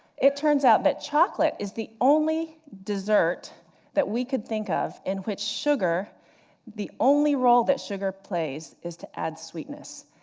it turns out that chocolate is the only dessert that we could think of, in which sugar the only role that sugar plays is to add sweetness.